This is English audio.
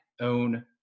own